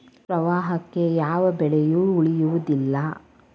ಪ್ರವಾಹಕ್ಕೆ ಯಾವ ಬೆಳೆಯು ಉಳಿಯುವುದಿಲ್ಲಾ